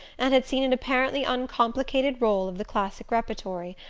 and had seen an apparently uncomplicated role of the classic repertory,